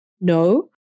No